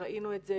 ראינו את זה